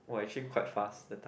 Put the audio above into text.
!wah! actually quite fast that time